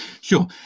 Sure